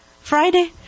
Friday